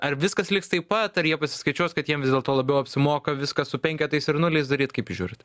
ar viskas liks taip pat ar jie pasiskaičiuos kad jiem vis dėlto labiau apsimoka viską su penketais ir nuliais daryt kaip jūs žiūrit